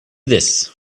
this